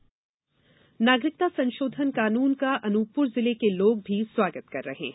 प्रतिकिया नागरिकता संशोधन कानून का अनूपपुर जिले के लोग भी स्वागत कर रहे हैं